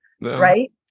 right